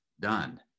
done